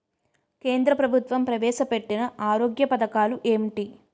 కేంద్ర ప్రభుత్వం ప్రవేశ పెట్టిన ఆరోగ్య పథకాలు ఎంటి?